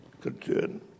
concern